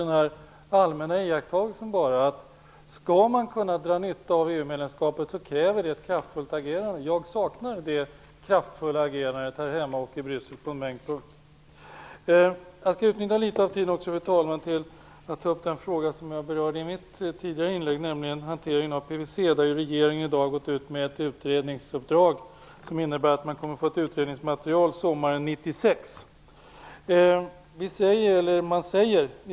Men en allmän iakttagelse är att det krävs ett kraftfullt agerande för att man skall kunna dra nytta av EU-medlemskapet, och jag saknar detta på en mängd punkter, både här hemma och i Bryssel. Jag skall utnyttja litet av tiden till att tala om en fråga som jag berörde i mitt tidigare inlägg, nämligen hanteringen av PVC. Regeringen har i dag gett ett utredningsuppdrag som innebär att man får utredningsmaterialet sommaren 1996.